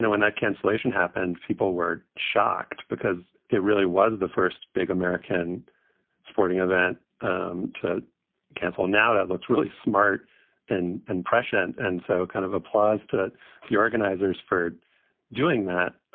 know, when that cancellation happened, people were shocked because it really was the first big american sporting event um to cancel. now, that looks really smart an impression. and so it kind of applause to the organizers for doing that.